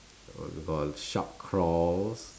got sharp claws